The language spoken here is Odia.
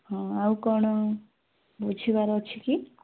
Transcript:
ହଁ ଆଉ କ'ଣ ବୁଝିବାର ଅଛି କି